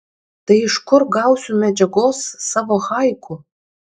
tai iš kur gausiu medžiagos savo haiku